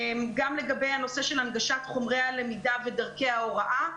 גם לגבי הנושא של הנגשת הלמידה וחומרי ההוראה,